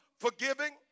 forgiving